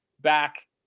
back